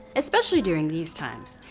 especially during these times.